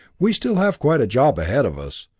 we still have quite a job ahead of us.